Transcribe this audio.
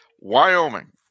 Wyoming